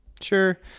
Sure